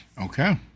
okay